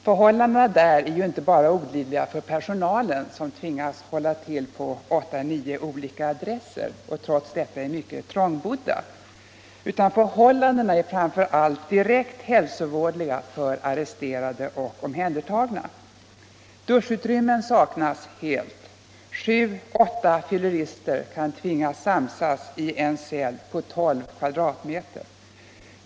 Förhållandena är inte bara olidliga för per 22 januari 1976 sonalen, som tvingas hålla till på åtta nio olika adresser och trots detta = är mycket trångbodd, utan framför allt direkt hälsovådliga för arresterade Om kostnaderna och omhändertagna. Duschutrymmen saknas helt. Sju åtta fyllerister kan — för polisbevakning tvingas samsas i en cell på 12 m'.